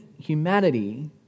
humanity